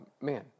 man